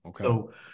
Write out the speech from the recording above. Okay